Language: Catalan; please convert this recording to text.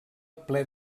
ple